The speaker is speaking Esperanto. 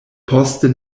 poste